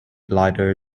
lighter